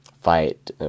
fight